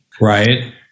Right